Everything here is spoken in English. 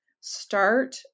start